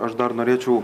aš dar norėčiau